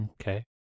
okay